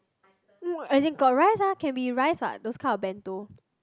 as in got rice ah can be rice what those can of bento